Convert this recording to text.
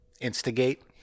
instigate